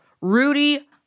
Rudy